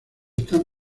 están